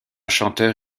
chanteur